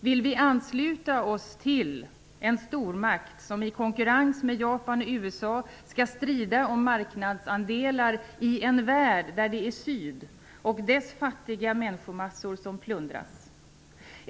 Vill vi ansluta oss till en stormakt som i konkurrens med Japan och USA skall strida om marknadsandelar i en värld där det är syd, och dess fattiga människomassor, som plundras?